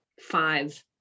five